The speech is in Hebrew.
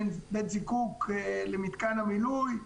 בין בית זיקוק למיתקן המילוי,